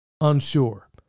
unsure